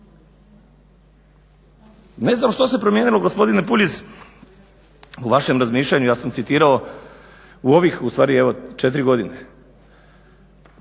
Ne znam što se promijenilo gospodine Puljiz u vašem razmišljanju, ja sam citirao u ovih ustvari evo četiri godine,